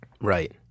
Right